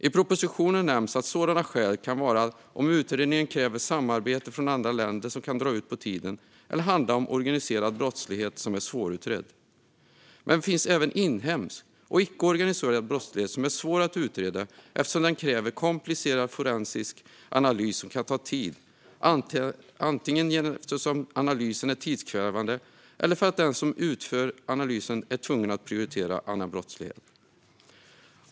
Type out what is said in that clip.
I propositionen nämns att sådana skäl kan vara om utredningen kräver samarbete från andra länder som kan dra ut på tiden eller handlar om organiserad brottslighet som är svårutredd. Men det finns även inhemsk och icke organiserad brottslighet som är svår att utreda eftersom den kräver komplicerad forensisk analys som kan ta tid, antingen eftersom analysen är tidskrävande eller för att den som utför analysen är tvungen att prioritera annan brottslighet.